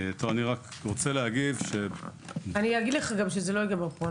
אני רק אגיד לך שזה לא יגמר פה,